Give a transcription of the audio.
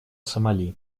сомали